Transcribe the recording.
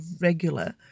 regular